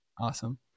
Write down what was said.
Awesome